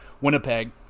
Winnipeg